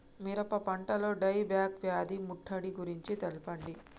మిరప పంటలో die back వ్యాధి ముట్టడి గురించి తెల్పండి?